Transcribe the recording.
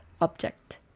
object